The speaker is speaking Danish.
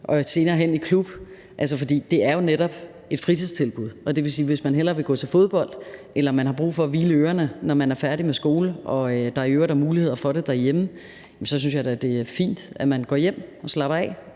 og senere hen i klub. Altså, for det er jo netop et fritidstilbud, og det vil sige, at hvis man hellere vil gå til fodbold, eller man har brug for at hvile ørerne, når man er færdig med skolen, og der i øvrigt er muligheder for det derhjemme, jamen så synes jeg da, det er fint, at man går hjem og slapper af